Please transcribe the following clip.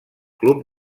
club